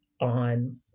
on